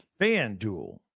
FanDuel